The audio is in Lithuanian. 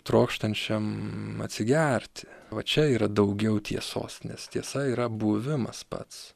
trokštančiam atsigerti va čia yra daugiau tiesos nes tiesa yra buvimas pats